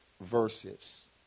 verses